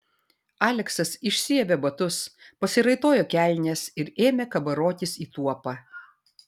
aleksas išsiavė batus pasiraitojo kelnes ir ėmė kabarotis į tuopą